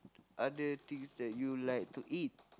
other things that you like to eat